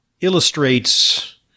illustrates